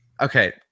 Okay